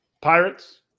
Pirates